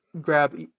grab